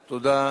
תודה.